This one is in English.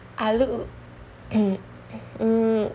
I look mm